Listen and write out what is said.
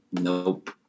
Nope